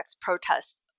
protests